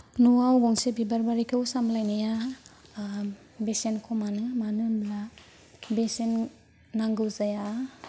न'आव गंसे बिबार बारिखौ सामलायनाया बेसेन खमानो मानो होनब्ला बेसेन नांगौ जाया